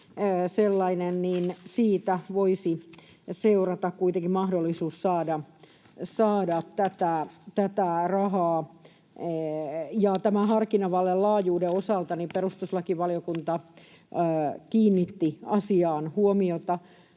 siitä voisi seurata kuitenkin mahdollisuus saada tätä rahaa, ja tämän harkintavallan laajuuden osalta perustuslakivaliokunta kiinnitti asiaan huomiota.